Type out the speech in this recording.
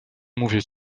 mówię